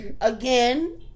again